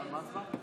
הצבעה.